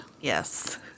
Yes